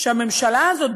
שהממשלה הזאת,